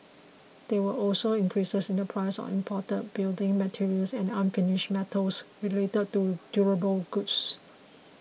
there were also increases in the prices of imported building materials and unfinished metals related to durable goods